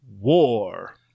war